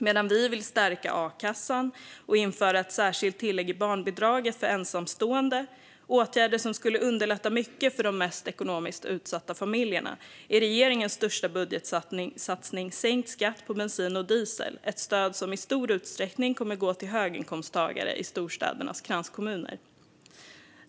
Medan vi vill stärka a-kassan och införa ett särskilt tillägg i barnbidraget för ensamstående - åtgärder som skulle underlätta mycket för de mest ekonomiskt utsatta familjerna - är regeringens största budgetsatsning sänkt skatt på bensin och diesel. Det är ett stöd som i stor utsträckning kommer att gå till höginkomsttagare i storstädernas kranskommuner.